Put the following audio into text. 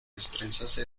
destrenzase